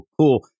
cool